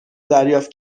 دریافت